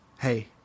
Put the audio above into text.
hey